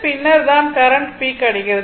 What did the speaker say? பின்னர் தான் current peak அடைகிறது